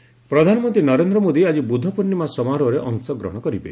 ବୁଦ୍ଧ ପୂର୍ଣ୍ଣିମା ପ୍ରଧାନମନ୍ତ୍ରୀ ନରେନ୍ଦ୍ର ମୋଦି ଆଜି ବୁଦ୍ଧ ପୂର୍ଣ୍ଣିମା ସମାରୋହରେ ଅଂଶଗ୍ରହଣ କରିବେ